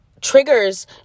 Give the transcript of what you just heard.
triggers